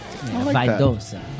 Vidosa